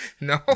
No